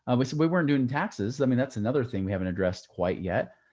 ah we said, we weren't doing taxes. i mean, that's another thing we haven't addressed quite yet.